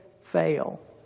fail